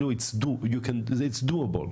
זה doable,